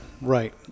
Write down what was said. right